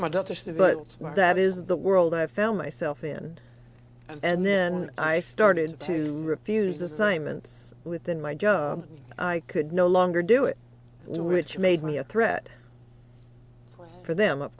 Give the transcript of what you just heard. but that is the world i found myself in and then i started to refuse assignments within my job i could no longer do it which made me a threat for them of